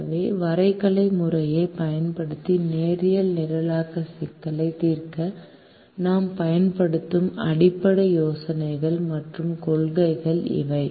எனவே வரைகலை முறையைப் பயன்படுத்தி நேரியல் நிரலாக்க சிக்கலை தீர்க்க நாம் பயன்படுத்தும் அடிப்படை யோசனைகள் மற்றும் கொள்கைகள் இவை